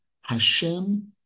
Hashem